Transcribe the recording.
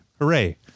Hooray